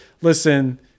listen